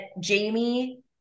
Jamie